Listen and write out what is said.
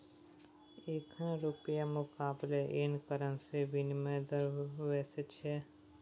एखन रुपाक मुकाबले येन करेंसीक बिनिमय दर बेसी छै